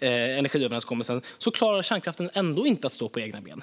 energiöverenskommelsen klarar inte kärnkraften att stå på egna ben.